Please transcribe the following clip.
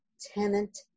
tenant